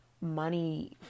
money